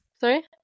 Sorry